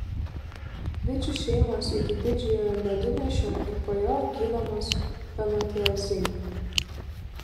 bičių šeimos iki didžiojo medunešio ir po jo gydomos fenotiazinu